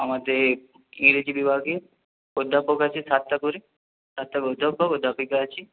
আমাদের ইংরেজি বিভাগে অধ্যাপক আছে সাতটা করে সাতটা অধ্যাপক অধ্যাপিকা আছে